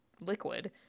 liquid